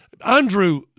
Andrew